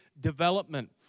development